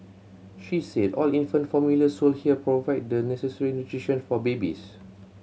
she said all infant formula sold here provide the necessary nutrition for babies